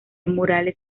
murales